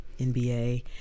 NBA